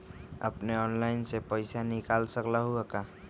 अपने ऑनलाइन से पईसा निकाल सकलहु ह?